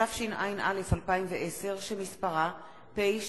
התשע"א 2010, מאת חברי הכנסת